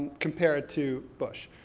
compared to bush.